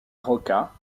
rocca